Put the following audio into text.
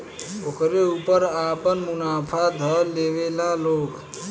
ओकरे ऊपर आपन मुनाफा ध लेवेला लो